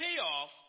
payoff